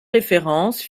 références